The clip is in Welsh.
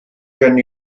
gen